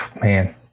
Man